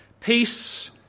peace